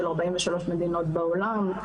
של 43 מדינות בעולם,